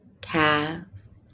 Calves